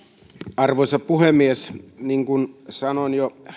arvoisa puhemies niin kuin sanoin jo